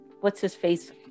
what's-his-face